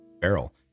barrel